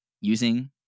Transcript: using